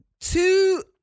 Two